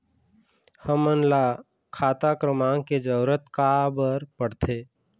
हमन ला खाता क्रमांक के जरूरत का बर पड़थे?